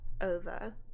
over